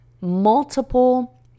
multiple